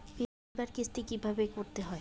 বিমার কিস্তি কিভাবে করতে হয়?